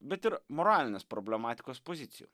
bet ir moralinės problematikos pozicijų